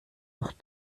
noch